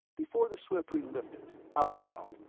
before the swiftwing lifted, outbound,